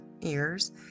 ears